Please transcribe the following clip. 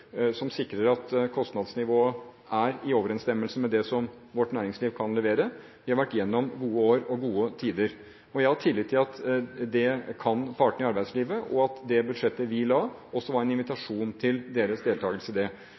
som sikrer at kostnadsnivået er i overensstemmelse med det som vårt næringsliv kan levere. Vi har vært gjennom gode år og gode tider. Jeg har tillit til at partene i arbeidslivet kan det, og det budsjettet vi la fram, var en invitasjon til deres deltagelse i det.